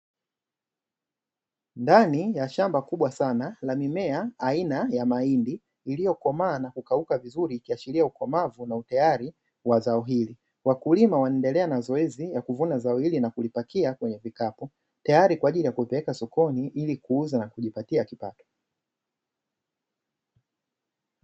Ndani ya shamba kubwa sana la mimea aina ya mahindi iliyokomaa na kukauka vizuri ikiashiria ukomavu na utayari wa zao hili, wakulima wanaendelea na zoezi la kuvuna zao hili na kulipakia kwenye vikapu, tayari kwa ajili ya kulipeleka sokoni ili kuuza na kujipatia kipato.